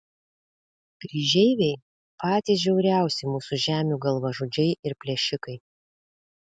kryžeiviai patys žiauriausi mūsų žemių galvažudžiai ir plėšikai